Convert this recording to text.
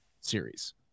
series